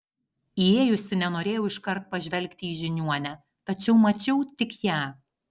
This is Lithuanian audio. įėjusi nenorėjau iškart pažvelgti į žiniuonę tačiau mačiau tik ją